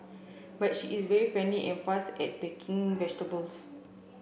but she is very friendly and fast at packing vegetables